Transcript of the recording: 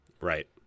right